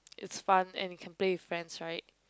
it's fun and you can play with friends right